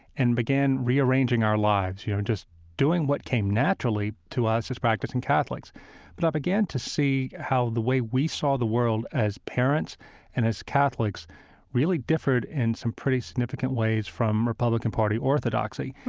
and began rearranging our lives, you know, just doing what came naturally to us as practicing catholics but i began to see how the way we saw the world as parents and as catholics really differed in some pretty significant ways from republican party orthodoxy.